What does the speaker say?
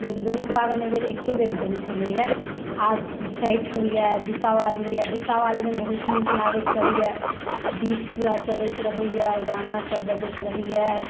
लेकिन दुनू पाबनि एहि बेर एके बेर भेल छलेैया आ छठि होइया दीपावली होइया दीपावलीमे बहुत नीक लागैत रहैया दीप पूरा जरैत रहैया गाना सभ बजैत रहैया